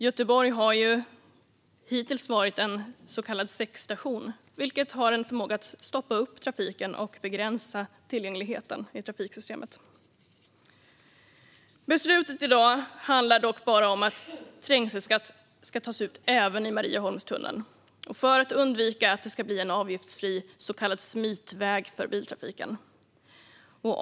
Göteborg har ju hittills varit en så kallad säckstation, vilket har en förmåga att stoppa upp trafiken och begränsa tillgängligheten i trafiksystemet. Trängselskatt i Marieholmstunneln i Göteborg Beslutet i dag handlar dock bara om att trängselskatt ska tas ut även i Marieholmstunneln för att undvika att det ska bli en avgiftsfri så kallad smitväg för biltrafiken.